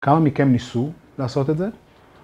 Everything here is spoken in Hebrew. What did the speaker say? ‫כמה מכם ניסו לעשות את זה?